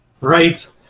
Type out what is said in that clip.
Right